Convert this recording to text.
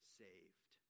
saved